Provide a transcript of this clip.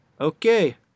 Okay